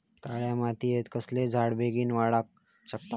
काळ्या मातयेत कसले झाडा बेगीन वाडाक शकतत?